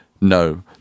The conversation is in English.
no